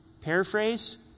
Paraphrase